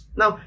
now